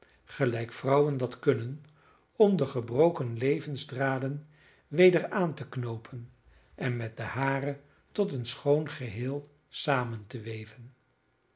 doen gelijk vrouwen dat kunnen om de gebroken levensdraden weder aan te knoopen en met de hare tot een schoon geheel samen te weven